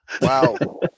Wow